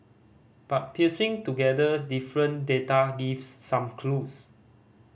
but piecing together different data gives some clues